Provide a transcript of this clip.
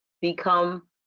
become